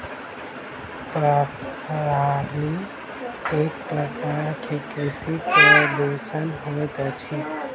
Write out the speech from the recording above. पराली एक प्रकार के कृषि प्रदूषण होइत अछि